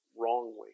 wrongly